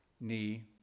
knee